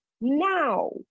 Now